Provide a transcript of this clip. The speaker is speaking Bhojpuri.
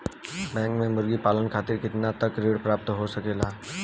बैंक से मुर्गी पालन खातिर कितना तक ऋण प्राप्त हो सकेला?